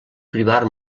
privar